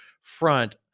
front